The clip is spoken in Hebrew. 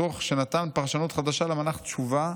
תוך שנתן פרשנות חדשה למונח 'תשובה',